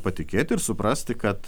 patikėt ir suprasti kad